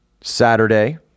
saturday